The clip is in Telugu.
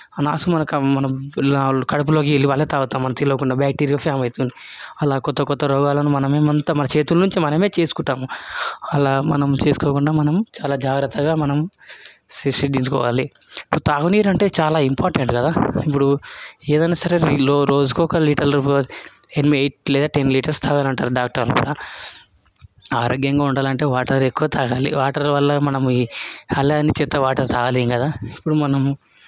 ఆ నాసు మనకు మనం కడుపులోకి వెళ్ళి తాగుతాం మనం తెలవకుండా బ్యాక్టీరియా ఫామ్ అవుతుంది అలా కొత్త కొత్త రోగాలు మనమే మన చేతుల నుంచి మనమే చేసుకుంటాము అలా మనం చేసుకోకుండా మనం చాలా జాగ్రత్తగా మనం తీసుకోవాలి ఇప్పుడు తాగునీరు అంటే చాలా ఇంపార్టెంట్ కదా ఇప్పుడు ఏదైనా సరే రో రోజుకు ఒక లీటర్లు ఎని ఎయిట్ లేదా టెన్ లీటర్స్ తాగాలంటారు డాక్టర్లు ఆరోగ్యంగా ఉండాలంటే వాటర్ ఎక్కువ తాగాలి వాటర్ వల్ల మనము అలా అని చెత్త వాటర్ తాగలేము కదా ఇప్పుడు మనం